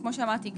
כמו שאמרתי,